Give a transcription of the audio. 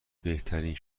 بهترین